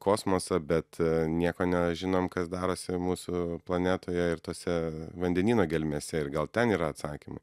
kosmosą bet nieko nežinom kas darosi mūsų planetoje ir tose vandenyno gelmėse ir gal ten yra atsakymų